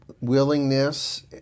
willingness